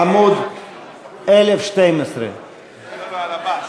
עמוד 1012. לא, על הבא.